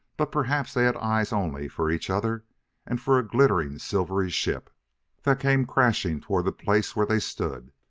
but perhaps they had eyes only for each other and for a glittering, silvery ship that came crashing toward the place where they stood,